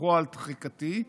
פועל תחיקתי,